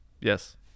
Yes